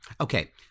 Okay